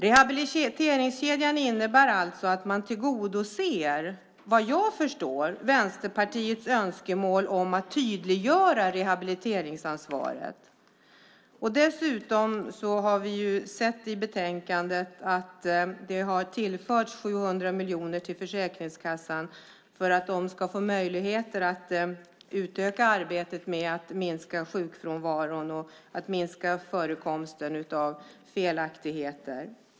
Rehabiliteringskedjan innebär alltså att man tillgodoser, vad jag förstår, Vänsterpartiets önskemål om att tydliggöra rehabiliteringsansvaret. Dessutom har vi sett i betänkandet att det har tillförts 700 miljoner till Försäkringskassan för att de ska få möjlighet att utöka arbetet med att minska sjukfrånvaron och förekomsten av felaktigheter.